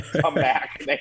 comeback